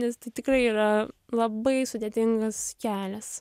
nes tai tikrai yra labai sudėtingas kelias